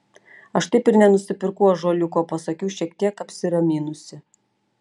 aš taip ir nenusipirkau ąžuoliuko pasakiau šiek tiek apsiraminusi